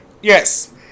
yes